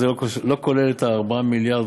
לא רק אזרחיה היהודים,